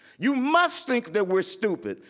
you must think that we're stupid,